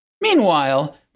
Meanwhile